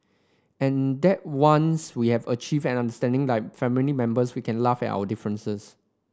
and that once we have achieved an understanding like family members we can laugh at our differences